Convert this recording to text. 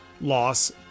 loss